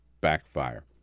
backfire